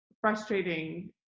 frustrating